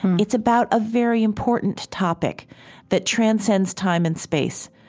it's about a very important topic that transcends time and space.